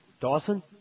Dawson